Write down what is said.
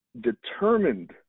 determined